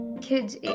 kids